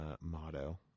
motto